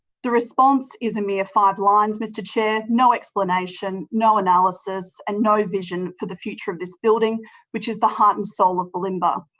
the response is a mere five lines, mr chair. no explanation. no analysis and no vision for the future of this building which is the heart and soul of bulimba.